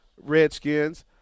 Redskins